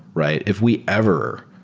right? if we ever,